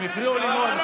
הם הפריעו לי מאוד.